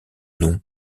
nom